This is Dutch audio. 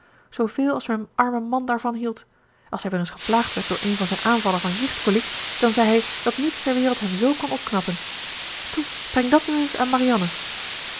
zooveel als mijn arme man daarvan hield als hij weer eens geplaagd werd door een van zijn aanvallen van jicht koliek dan zei hij dat niets ter wereld hem zoo kon opknappen toe breng dat nu eens aan marianne